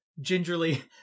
gingerly